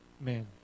men